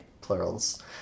Plurals